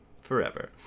forever